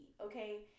Okay